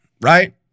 Right